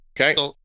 Okay